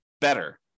better